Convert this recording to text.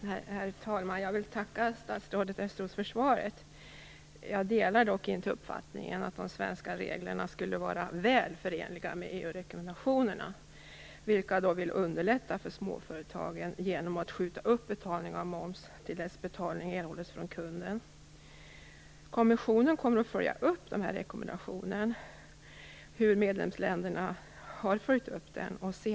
Herr talman! Jag vill tacka statsrådet Östros för svaret. Jag delar dock inte uppfattningen att de svenska reglerna skulle vara väl förenliga med EU rekommendationerna, vilka vill underlätta för småföretagen genom att de kan skjuta upp betalning av moms till dess betalning erhållits från kunden. Kommissionen kommer att se över hur medlemsländerna har följt upp dessa rekommendationer.